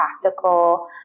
practical